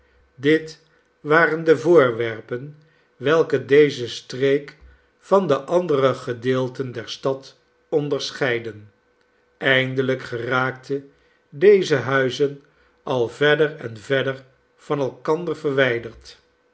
dit waren de voorwerpen welke deze streek van de andere gedeelten der stad onderscheidden eindelijk geraakten deze huizen al verder en verder van elkander verwijderd